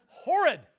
Horrid